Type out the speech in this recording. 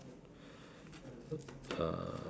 uh